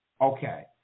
Okay